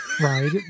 right